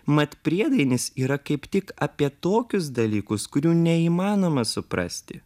mat priedainis yra kaip tik apie tokius dalykus kurių neįmanoma suprasti